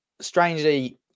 strangely